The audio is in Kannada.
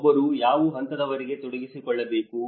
ಒಬ್ಬರು ಯಾವ ಹಂತದವರೆಗೆ ತೊಡಗಿಸಿಕೊಳ್ಳಬೇಕು